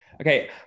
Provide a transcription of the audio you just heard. okay